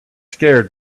scared